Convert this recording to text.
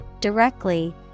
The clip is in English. directly